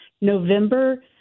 November